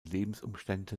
lebensumstände